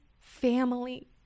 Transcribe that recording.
family